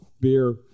beer